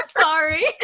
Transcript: sorry